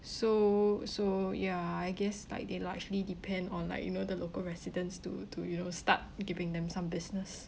so so ya I guess like they largely depend on like you know the local residents to to you know start giving them some business